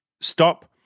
stop